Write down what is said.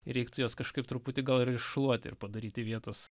reiktų juos kažkaip truputį gal ir iššluoti ir padaryti vietos